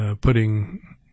putting